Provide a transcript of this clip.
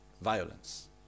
violence